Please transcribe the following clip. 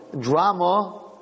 Drama